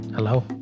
Hello